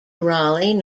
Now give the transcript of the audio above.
raleigh